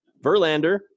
Verlander